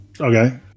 okay